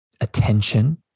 attention